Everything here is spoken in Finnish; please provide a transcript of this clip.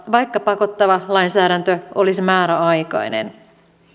vaikka pakottava lainsäädäntö olisi määräaikainen